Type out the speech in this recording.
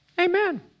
Amen